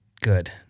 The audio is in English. good